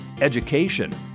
education